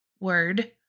word